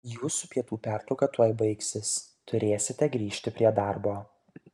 jūsų pietų pertrauka tuoj baigsis turėsite grįžti prie darbo